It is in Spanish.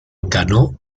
ganó